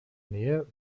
nähe